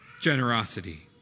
generosity